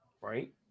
right